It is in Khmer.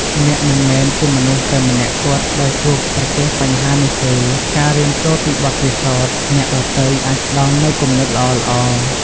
អ្នកមិនមែនជាមនុស្សតែម្នាក់គត់ដែលជួបប្រទះបញ្ហានេះទេ ការរៀនសូត្រពីបទពិសោធន៍អ្នកដទៃអាចផ្ដល់នូវគំនិតល្អៗ។